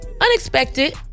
Unexpected